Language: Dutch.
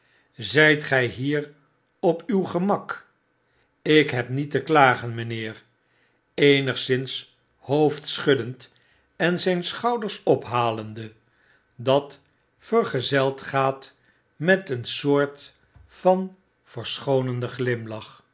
zyt gij hier op uw gemak ik heb niet te klagen mynheer eenigszins hoofdschuddend en zyn schouders ophalende dat vergezeld gaat met een soort van